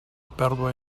pèrdua